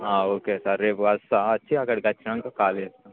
okay sir రేపు వస్తాను వచ్చి అక్కడికి వచ్చినాక కాల్ చేస్తాను